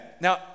now